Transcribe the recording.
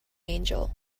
angel